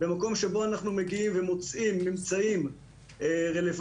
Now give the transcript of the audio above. במקום שבו אנחנו מגיעים ומוצאים ממצאים רלוונטיים